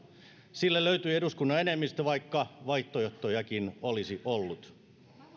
sille löytyi eduskunnan enemmistö vaikka vaihtoehtojakin olisi ollut